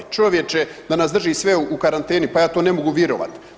Čovječe da nas drži sve u karanteni, pa ja to ne mogu virovat.